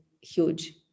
huge